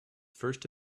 first